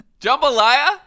Jambalaya